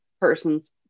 person's